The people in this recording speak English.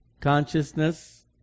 consciousness